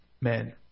men